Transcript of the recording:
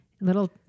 little